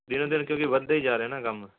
ਦਿਨੋ ਦਿਨ ਕਿਉਂਕਿ ਵੱਧਦੇ ਜਾ ਰਹੇ ਨਾ ਕੰਮ